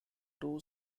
two